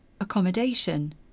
accommodation